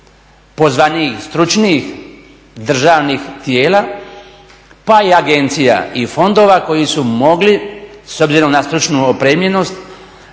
pozvanijih, stručnijih državnih tijela pa i agencija i fondova koji su mogli s obzirom na stručnu opremljenost,